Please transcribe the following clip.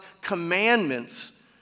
commandments